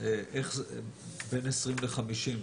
בין 20% ל-50%,